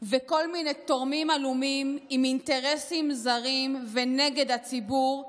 ולכל מיני תורמים עלומים עם אינטרסים זרים ונגד הציבור,